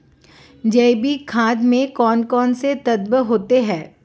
जैविक खाद में कौन कौन से तत्व होते हैं?